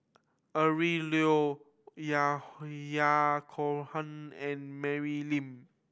Adrin Loi Ya Ya Cohen and Mary Lim